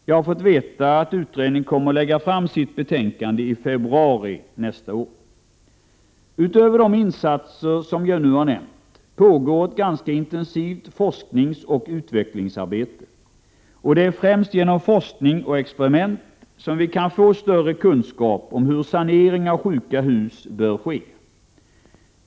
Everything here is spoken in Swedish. Jag har fått veta att utredningen kommer att lägga fram sitt betänkande i februari nästa år. Utöver de insatser som jag nu har nämnt pågår ett ganska intensivt forskningsoch utvecklingsarbete, och det är främst genom forskning och experiment som vi kan få större kunskap om hur sanering av sjuka hus bör ske.